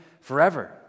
forever